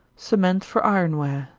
cement for iron-ware.